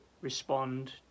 respond